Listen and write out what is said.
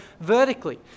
vertically